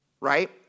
right